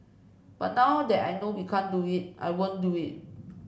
but now that I know we can't do it I won't do it